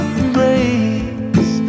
embrace